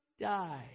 die